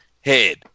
head